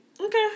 Okay